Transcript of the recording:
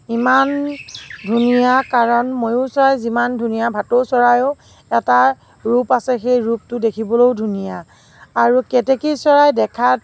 ইমান ধুনীয়া কাৰণ ময়ূৰ চৰাই যিমান ধুনীয়া ভাটৌ চৰাইৰো এটা ৰূপ আছে সেই ৰূপটো দেখিবলৈয়ো ধুনীয়া আৰু কেতেকী চৰাই দেখাত